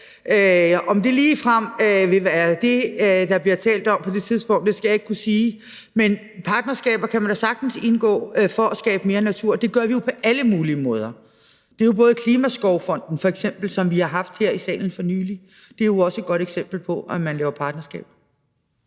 Om det ligefrem vil være det, der bliver talt om på det tidspunkt, skal jeg ikke kunne sige. Men man kan da sagtens indgå partnerskaber for at skabe mere natur. Det gør vi jo på alle mulige måder. Der er f.eks. Klimaskovfonden, som vi har behandlet her i salen for nylig. Det er jo også et godt eksempel på, at man laver partnerskaber.